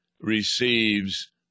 receives